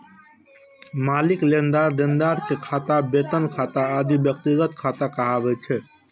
मालिक, लेनदार, देनदार के खाता, वेतन खाता आदि व्यक्तिगत खाता कहाबै छै